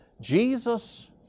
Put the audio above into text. Jesus